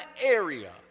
area